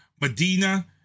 Medina